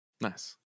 Nice